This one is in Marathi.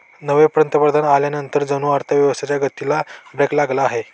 नवे पंतप्रधान आल्यानंतर जणू अर्थव्यवस्थेच्या गतीला ब्रेक लागला आहे